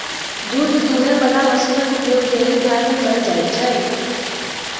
दूध दूहय बला मशीनक उपयोग डेयरी फार्म मे कयल जाइत छै